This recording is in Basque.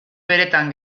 beretan